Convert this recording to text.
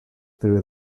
through